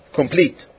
complete